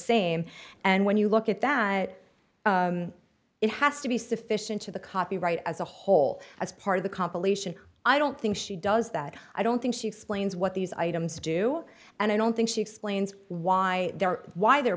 same and when you look at that it has to be sufficient to the copyright as a whole as part of the compilation i don't think she does that i don't think she explains what these items do and i don't think she explains why they're